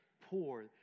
poor